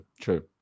true